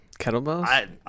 Kettlebells